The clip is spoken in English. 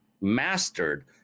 mastered